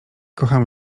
kocham